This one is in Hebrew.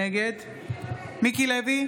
נגד מיקי לוי,